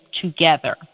together